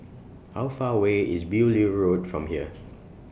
How Far away IS Beaulieu Road from here